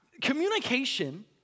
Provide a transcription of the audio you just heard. Communication